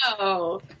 No